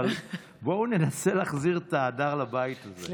אבל בואו ננסה להחזיר את ההדר לבית הזה.